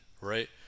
right